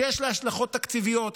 שיש לה השלכות תקציביות.